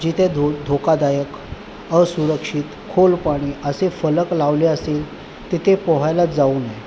जिते धो धोकादायक असरक्षित खोल पाणी असे फलक लावले असेल तिथे पोहायला जाऊ नये